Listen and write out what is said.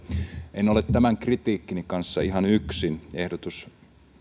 en ole tämän kritiikkini kanssa ihan yksin